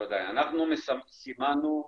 אנחנו סימנו,